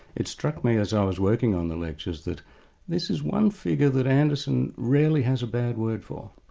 it struck me as i was working on the lectures that this is one figure that anderson rarely has a bad word for.